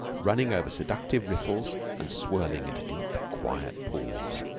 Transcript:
running over seductive riffles and swirling into deep, quiet pools,